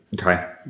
Okay